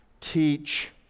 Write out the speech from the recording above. teach